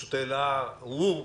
פשוט העלה את הבעיה.